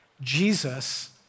Jesus